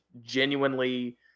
genuinely